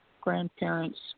grandparents